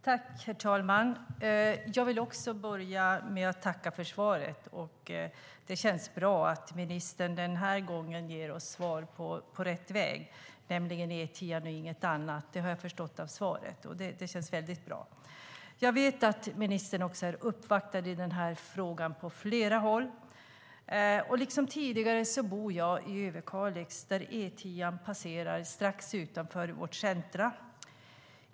Herr talman! Också jag vill börja med att tacka för svaret. Det känns bra att ministern den här gången ger oss svar om rätt väg, nämligen E10 och ingenting annat. Det har jag förstått av svaret, och det känns väldigt bra. Jag vet att ministern är uppvaktad i den här frågan från flera håll. Jag bor i Överkalix där E10 passerar strax utanför vårt centrum.